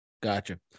Gotcha